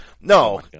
No